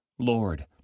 Lord